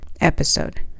episode